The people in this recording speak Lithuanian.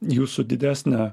jūsų didesnė